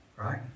right